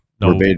no